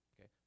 okay